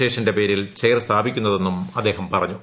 ശേഷന്റെ പേരിൽ ചെയർ സ്ഥാപിക്കുന്നതെന്നും അദ്ദേഹം പറഞ്ഞു